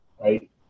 right